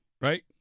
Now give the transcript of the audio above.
right